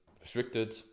restricted